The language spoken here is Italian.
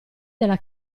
della